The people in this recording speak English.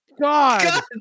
God